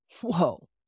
Whoa